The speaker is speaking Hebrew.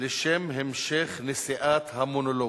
לשם המשך נשיאת המונולוגים.